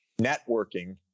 networking